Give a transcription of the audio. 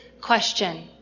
question